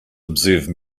observe